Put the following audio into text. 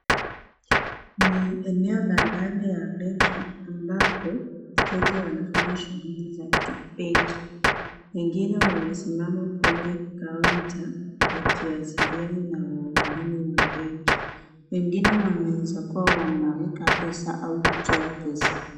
Ni eneo la ndani ya benki ambapo wateja wanafanya shughuli za kibenki. Wengine wamesimama kwenye kaunta wakiwasiliana na wahudumu wa benki. Wengine wanaweza kuwa wanaweka pesa au kutoa pesa.